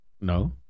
No